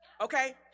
Okay